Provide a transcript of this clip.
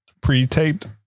pre-taped